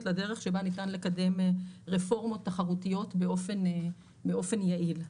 לדרך שבה ניתן לקדם רפורמות תחרותיות באופן יעיל.